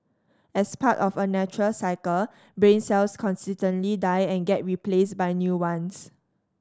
as part of a natural cycle brain cells constantly die and get replaced by new ones